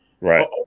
Right